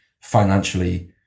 financially